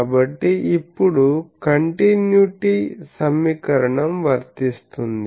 కాబట్టి ఇప్పుడు కంటిన్యుటీ సమీకరణం వర్తిస్తుంది